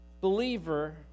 believer